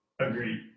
Agreed